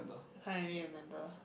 I can't really remember